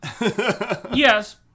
Yes